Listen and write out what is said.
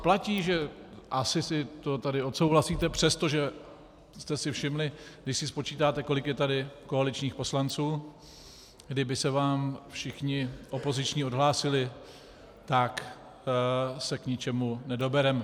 Platí, že asi si to tady odsouhlasíte, přestože jste si všimli, když si spočítáte, kolik je tady koaličních poslanců, kdyby se vám všichni opoziční odhlásili, tak se k ničemu nedobereme.